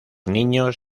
niños